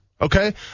Okay